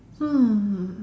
hmm